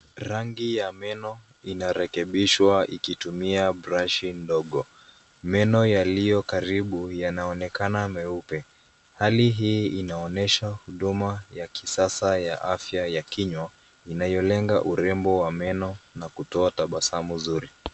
Rangi ya meno inarekebishwa ikitumia brashi ndogo. Meno yaliyo karibu yanaonekana meupe. Hali hii inaonyesha huduma ya kisasa ya afya ya kinywa inayolenga urembo wa meno na kutoa tabasamu zuri.